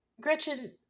Gretchen